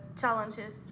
challenges